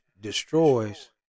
destroys